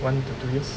one to two years